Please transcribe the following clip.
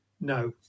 no